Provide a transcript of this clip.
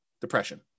depression